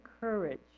courage